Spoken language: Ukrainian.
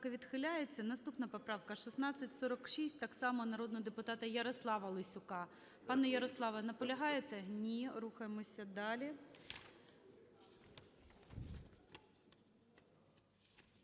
Наступна поправка – 1646, так само народного депутата ЯрославаЛесюка. Пане Ярославе, наполягаєте? Ні. Рухаємося далі.